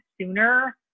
sooner